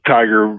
Tiger